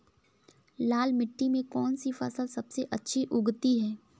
लाल मिट्टी में कौन सी फसल सबसे अच्छी उगती है?